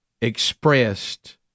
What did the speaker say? expressed